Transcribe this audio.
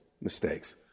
mistakes